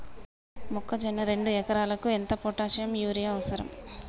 మొక్కజొన్న రెండు ఎకరాలకు ఎంత పొటాషియం యూరియా అవసరం?